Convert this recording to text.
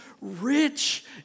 rich